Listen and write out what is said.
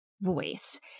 voice